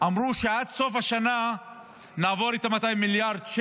אמרו שעד סוף השנה נעבור את הגירעון של 200 מיליארד.